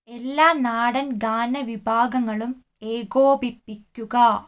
എല്ലാ നാടൻ ഗാന വിഭാഗങ്ങളും ഏകോപിപ്പിക്കുക